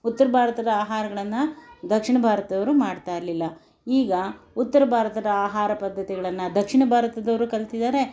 ಉತ್ತರ ಭಾರತದ ಆಹಾರಗಳನ್ನು ದಕ್ಷಿಣ ಭಾರತದವರು ಮಾಡ್ತಾಯಿರಲಿಲ್ಲ ಈಗ ಉತ್ತರ ಭಾರತದ ಆಹಾರ ಪದ್ಧತಿಗಳನ್ನು ದಕ್ಷಿಣ ಭಾರತದವರು ಕಲ್ತಿದ್ದಾರೆ